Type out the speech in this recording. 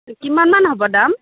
কিমান মান হ'ব দাম